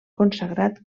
consagrat